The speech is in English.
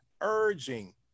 urging